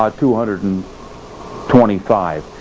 ah two hundred and twenty five,